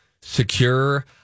secure